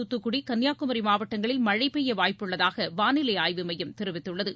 துாத்துக்குடி கன்னியாகுமரி மாவட்டங்களில் மழை பெய்ய வாய்ப்பு உள்ளதாக வானிலை ஆய்வு மையம் தெரிவித்துள்ளது